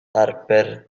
harper